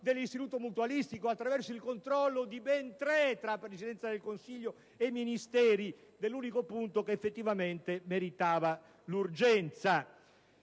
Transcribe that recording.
dell'istituto mutualistico attraverso il controllo di ben tre soggetti, tra Presidenza del Consiglio e Ministeri, l'unico punto che effettivamente meritava l'urgenza.